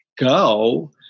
go